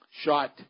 shot